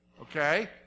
okay